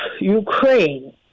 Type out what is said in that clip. Ukraine